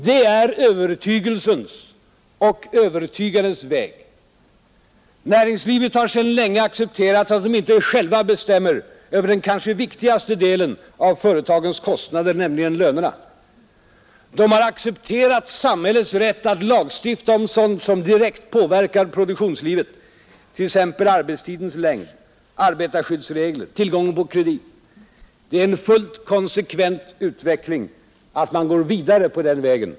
Det är övertygelsens och övertygandets väg. Näringslivet har sedan länge accepterat att det inte självt bestämmer över den kanske viktigaste delen av företagens kostnader, nämligen lönerna. Det har accepterat samhällets rätt att lagstifta om sådant som direkt påverkar produktionslivet, t.ex. arbetstidens längd, arbetarskyddsregler, tillgången på kredit. Det är en fullt konsekvent utveckling att man går vidare på den vägen.